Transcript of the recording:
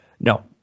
No